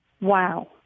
Wow